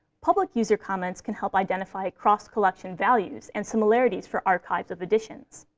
public user comments can help identify cross-collection values and similarities for archives of editions.